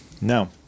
no